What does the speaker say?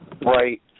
Right